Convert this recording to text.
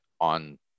on